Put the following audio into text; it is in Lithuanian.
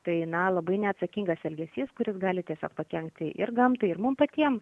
tai na labai neatsakingas elgesys kuris gali tiesiog pakenkti ir gamtai ir mums patiem